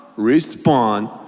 Respond